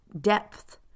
depth